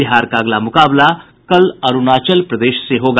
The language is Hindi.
बिहार का अगला मुकाबला कल अरूणाचल प्रदेश से होगा